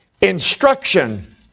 Instruction